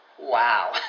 Wow